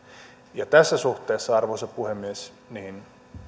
tässä suhteessa arvoisa puhemies